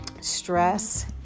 stress